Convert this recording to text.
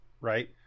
right